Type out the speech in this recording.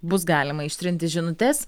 bus galima ištrinti žinutes